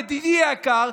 ידידי היקר,